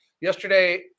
yesterday